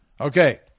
Okay